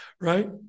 right